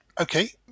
Okay